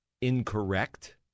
incorrect